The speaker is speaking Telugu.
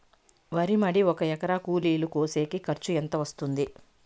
వరి మడి ఒక ఎకరా కూలీలు కోసేకి ఖర్చు ఎంత వస్తుంది?